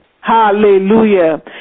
Hallelujah